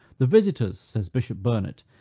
the visitors, says bishop burnet,